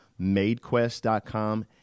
MadeQuest.com